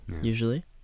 usually